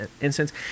instance